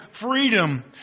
freedom